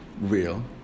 real